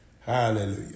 Hallelujah